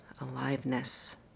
aliveness